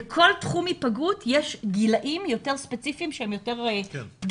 לכל תחום היפגעות יש גילאים יותר ספציפיים שהם יותר פגיעים,